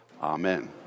Amen